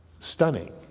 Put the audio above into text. Stunning